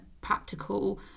practical